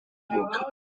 ruck